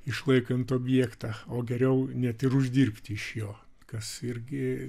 išlaikant objektą o geriau net ir uždirbti iš jo kas irgi